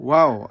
Wow